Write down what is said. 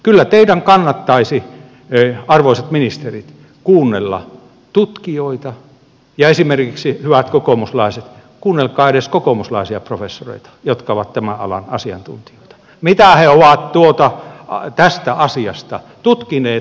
kyllä teidän kannattaisi arvoisat ministerit kuunnella tutkijoita ja esimerkiksi hyvät kokoomuslaiset kuunnelkaa edes kokoomuslaisia professoreita jotka ovat tämän alan asiantuntijoita mitä he ovat tästä asiasta tutkineet ja arvioineet